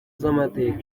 z’amateka